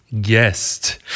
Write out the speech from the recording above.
guest